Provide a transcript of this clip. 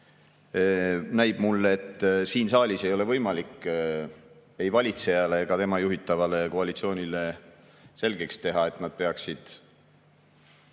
näib mulle, et siin saalis ei ole võimalik ei valitsejale ega tema juhitavale koalitsioonile selgeks teha, et nad peaksid